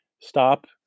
stop